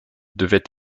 devait